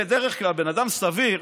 בן אדם סביר,